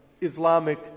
Islamic